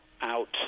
out